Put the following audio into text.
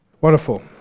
Wonderful